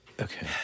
okay